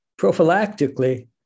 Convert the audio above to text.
Prophylactically